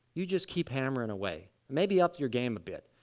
you just keep hammering away, maybe up your game a bit.